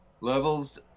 Levels